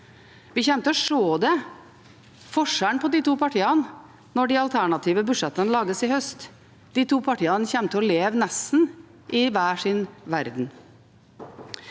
Vi kommer til å se forskjellen på de to partiene når de alternative budsjettene lages i høst – de to partiene kommer til å leve nesten i hver sin verden.